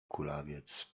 kulawiec